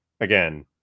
again